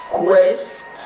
quest